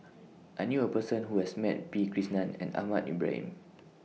I knew A Person Who has Met P Krishnan and Ahmad Ibrahim